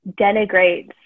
denigrates